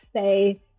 say